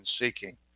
seeking